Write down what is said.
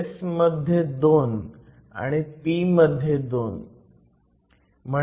S मध्ये 2 आणि p मध्ये 2